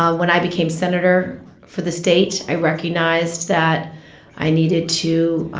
um when i became senator for the state, i recognized that i needed to